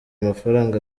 mafaranga